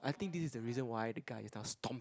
I think this is the reason why the guy is not stomp